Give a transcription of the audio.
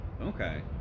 Okay